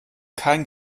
kein